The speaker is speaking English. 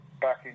back